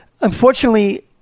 Unfortunately